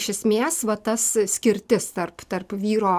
iš esmės va tas skirtis tarp tarp vyro